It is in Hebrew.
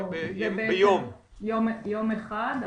ביום אחד,